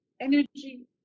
energy